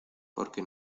porque